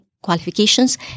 qualifications